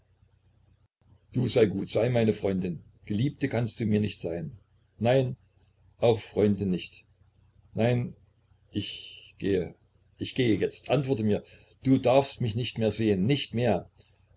du sei gut sei meine freundin geliebte kannst du mir nicht sein nein auch freundin nicht nein ich gehe ich gehe jetzt antworte mir du darfst mich nicht mehr sehen nicht mehr